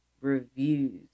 reviews